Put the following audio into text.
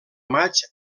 maig